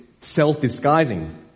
self-disguising